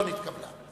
ההסתייגות לא נתקבלה.